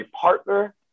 partner